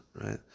right